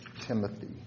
Timothy